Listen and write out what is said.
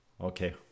okay